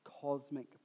cosmic